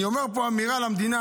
אני אומר פה אמירה למדינה: